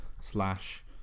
slash